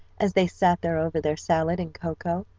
as they sat there over their salad and cocoa.